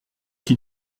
qui